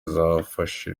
zafashe